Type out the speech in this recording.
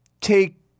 take